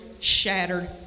shattered